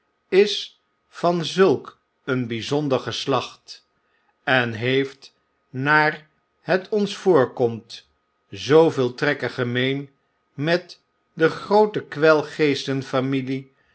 is van zulk een bijzonder geslacht en heeft naar het ons voorkomt zooveel trekken gemeen met de groote kwelgeestenfamilie